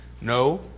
no